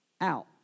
out